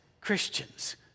Christians